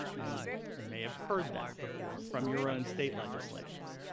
and you may have heard that before from your own state legislators.